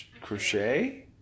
crochet